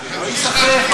תמשיך להשקיע.